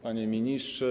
Panie Ministrze!